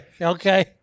Okay